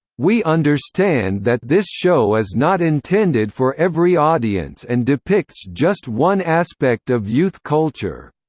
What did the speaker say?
we understand that this show is not intended for every audience and depicts just one aspect of youth culture.